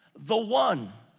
the one,